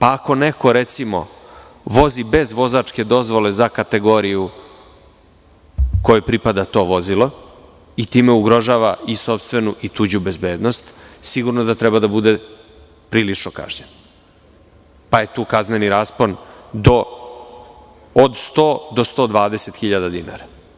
Ako neko recimo vozi bez vozačke dozvole za kategoriju kojoj pripada to vozilo i time ugrožava i sopstvenu i tuđu bezbednost, sigurno da treba da bude prilično kažnjen, pa je tu kazneni raspon od 100 do 120 hiljada dinara.